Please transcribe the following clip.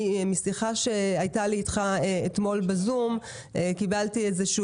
משיחה שהייתה לי איתך אתמול בזום קיבלתי איזשהו